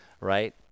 right